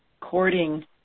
courting